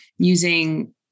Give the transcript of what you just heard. using